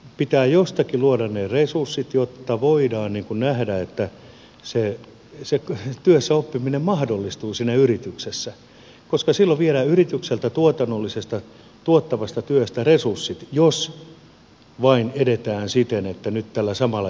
pitää jostakin luoda ne resurssit jotta voidaan nähdä että se työssäoppiminen mahdollistuu siinä yrityksessä koska silloin viedään yritykseltä tuotannollisesta tuottavasta työstä resurssit jos vain edetään nyt tällä samalla järjestelmällä